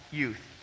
youth